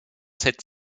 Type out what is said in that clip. cette